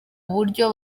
uburyo